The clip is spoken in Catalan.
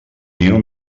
niu